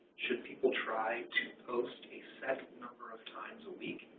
should people try to post a set number of times a week?